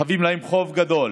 חבים להם חוב גדול